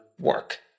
work